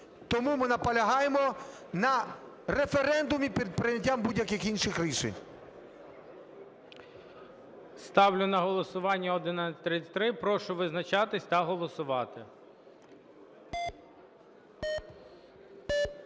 Тому ми наполягаємо на референдумі перед прийняттям будь-яких інших рішень. ГОЛОВУЮЧИЙ. Ставлю на голосування 1133. Прошу визначатися та голосувати.